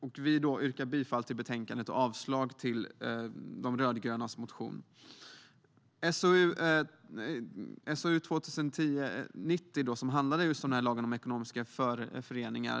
Jag yrkar bifall till förslaget i betänkandet och avslag på de rödgrönas reservation med anledning av motionen. SOU 2010:90 handlade just om denna lag om ekonomiska föreningar.